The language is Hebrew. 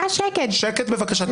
שקט בבקשה.